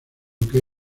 que